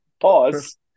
Pause